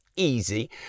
easy